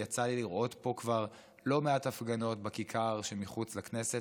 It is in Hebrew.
יצא לי לראות פה כבר לא מעט הפגנות בכיכר שמחוץ לכנסת,